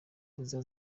mbuga